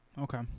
Okay